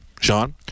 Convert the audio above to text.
Sean